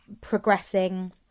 progressing